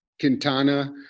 Quintana